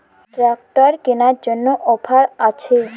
Tractor কেনার জন্য offer আছে?